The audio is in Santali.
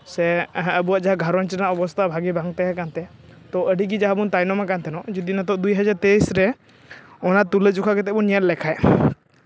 ᱥᱮ ᱟᱵᱚᱣᱟᱜ ᱡᱟᱦᱟᱸ ᱜᱷᱟᱨᱚᱸᱡᱽ ᱨᱮᱭᱟᱜ ᱚᱵᱚᱥᱛᱷᱟ ᱵᱷᱟᱹᱜᱤ ᱵᱟᱝ ᱛᱟᱦᱮᱸ ᱠᱟᱱᱛᱮ ᱛᱳ ᱟᱹᱰᱤᱜᱮ ᱡᱟᱦᱟᱸ ᱵᱚᱱ ᱛᱟᱭᱱᱚᱢ ᱟᱠᱟᱱ ᱛᱟᱦᱮᱱᱚᱜ ᱡᱩᱫᱤ ᱱᱤᱛᱳᱜ ᱫᱩ ᱦᱟᱡᱟᱨ ᱛᱮᱭᱤᱥ ᱨᱮ ᱚᱱᱟ ᱛᱩᱞᱟᱹ ᱡᱚᱠᱷᱟ ᱠᱟᱛᱮᱫ ᱵᱚᱱ ᱧᱮᱞ ᱞᱮᱠᱷᱟᱱ